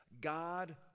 God